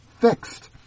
fixed